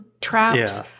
traps